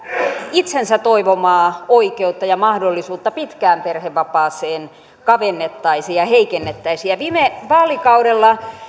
itsensä toivomaa oikeutta ja mahdollisuutta pitkään perhevapaaseen kavennettaisiin ja heikennettäisiin viime vaalikaudella